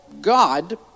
God